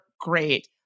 great